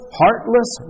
heartless